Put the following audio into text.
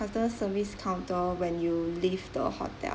hotel service counter when you leave the hotel